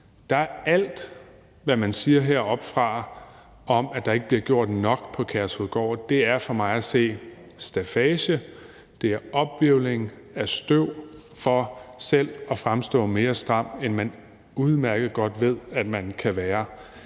at alt, hvad man siger heroppefra, om, at der ikke bliver gjort nok på Kærshovedgård, for mig at se er staffage – det er ophvirvling af støv for selv at fremstå mere stram, end man udmærket godt ved man kan være.